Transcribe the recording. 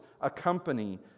accompany